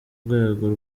rwego